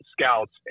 scouts